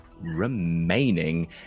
remaining